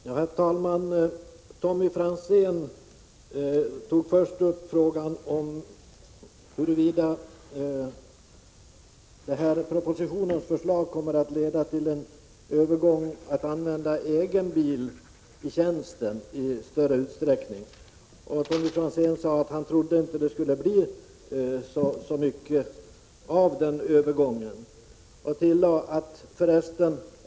Herr talman! Tommy Franzén tog först upp frågan om huruvida det som föreslås i propositionen kommer att leda till att fler använder egen bil i tjänsten. Tommy Franzén sade att han inte trodde att det skulle bli så.